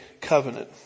covenant